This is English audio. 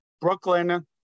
brooklyn